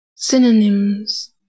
Synonyms